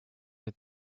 mit